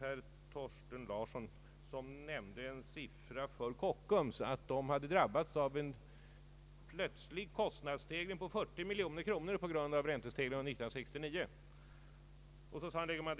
herr Thorsten Larsson som nämnde att Kockums drabbats av en plötslig kostnadsstegring om 40 miljoner kronor på grund av räntestegringarna under 1969.